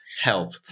help